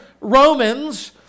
Romans